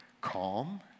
Calm